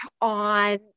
on